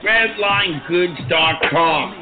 RedlineGoods.com